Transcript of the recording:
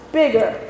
bigger